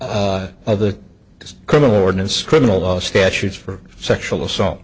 the the criminal ordinance criminal law statutes for sexual assault